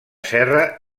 serra